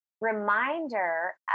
reminder